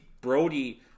Brody